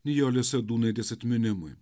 nijolės sadūnaitės atminimui